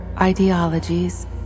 ideologies